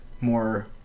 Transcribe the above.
more